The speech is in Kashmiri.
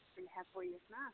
ؤنۍ ہٮ۪کَو یِتھ نہ